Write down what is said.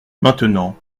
maintenant